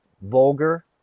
vulgar